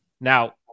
Now